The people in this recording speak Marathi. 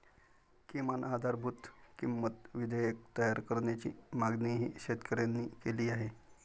किमान आधारभूत किंमत विधेयक तयार करण्याची मागणीही शेतकऱ्यांनी केली आहे